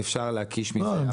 אפשר להקיש מכך.